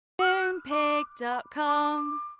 Moonpig.com